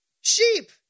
sheep